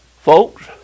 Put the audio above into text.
Folks